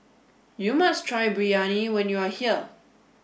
you must try Biryani when you are here